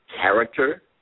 character